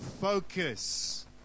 Focus